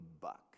buck